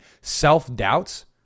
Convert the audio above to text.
Self-doubts